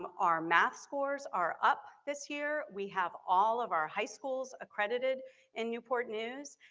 um our math scores are up this year. we have all of our high schools accredited in newport news.